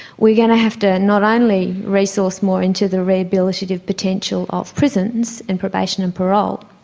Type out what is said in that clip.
we are going to have to not only resource more into the rehabilitative potential of prisons and probation and parole,